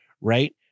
right